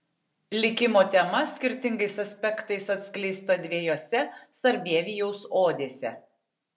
likimo tema skirtingais aspektais atskleista dviejose sarbievijaus odėse